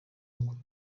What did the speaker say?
mukuru